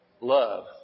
Love